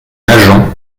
agent